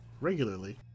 regularly